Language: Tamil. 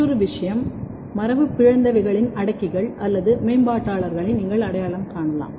மற்றொரு விஷயம் மரபுபிறழ்ந்தவைகளின் அடக்கிகள் அல்லது மேம்பாட்டாளர்களை நீங்கள் அடையாளம் காணலாம்